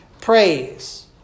praise